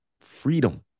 freedom